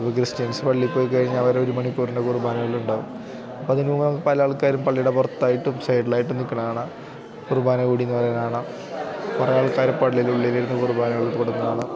ഇപ്പം ക്രിസ്ത്യൻസ് പള്ളിയിൽ പോയിക്കഴിഞ്ഞാൽ അവരൊരു മണിക്കൂറിൻറ്റെ കുർബാനകളുണ്ടാകും അപ്പം അതിനു മുന്ന് പല ആൾക്കാരും പള്ളിയുടെ പുറത്തായിട്ടും സൈഡിലായിട്ടും നിൽക്കുന്ന കാണാം കുർബാന കൂടിയെന്നു പറയുന്നതു കാണാം കുറേ ആൾക്കാർ പള്ളിയു ടുള്ളിലിരുന്നു കുർബാന ഉൾപ്പെടുന്ന കാണാം